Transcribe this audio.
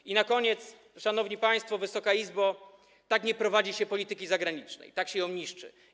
I na koniec, szanowni państwo, Wysoka Izbo: Tak nie prowadzi się polityki zagranicznej, tak się ją niszczy.